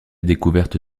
découverte